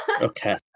Okay